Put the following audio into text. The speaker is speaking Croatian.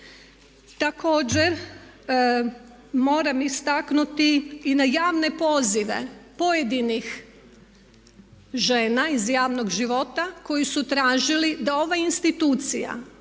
Također, moram istaknuti i na javne pozive pojedinih žena iz javnog života koji su tražili da ovaj institucija